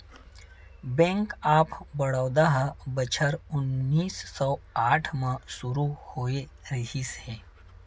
bank of Baroda ह बछर उन्नीस सौ आठ म सुरू होए रिहिस हे